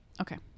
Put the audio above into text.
Okay